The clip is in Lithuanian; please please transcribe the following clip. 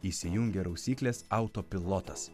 įsijungė rausyklės autopilotas